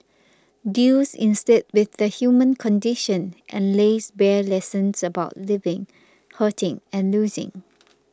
deals instead with the human condition and lays bare lessons about living hurting and losing